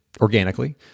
organically